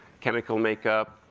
chemical makeup,